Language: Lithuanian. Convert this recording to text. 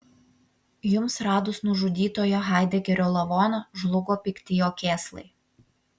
jums radus nužudytojo haidegerio lavoną žlugo pikti jo kėslai